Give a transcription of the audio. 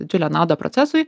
didžiulę naudą procesui